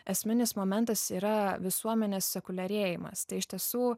esminis momentas yra visuomenės sekuliarėjimas tai iš tiesų